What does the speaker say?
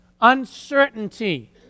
uncertainty